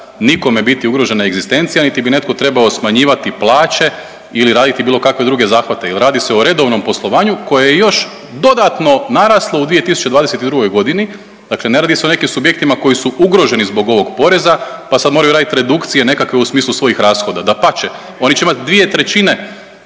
nikome biti ugrožena egzistencija niti bi netko trebao smanjivati plaće ili raditi bilo kakve druge zahvate jer radi se o redovnom poslovanju koje je još dodatno naraslo u 2022. g., dakle ne radi se o nekim subjektima koji su ugroženi zbog ovog poreza pa sad moraju raditi redukcije nekakve u smislu svojih rashoda. Dapače, oni će imati 2/3 prostora